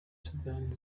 sudani